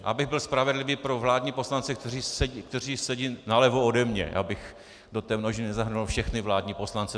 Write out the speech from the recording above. Abych byl spravedlivý, pro vládní poslance, kteří sedí nalevo ode mě, abych do té množiny nezahrnoval všechny vládní poslance.